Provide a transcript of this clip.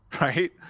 right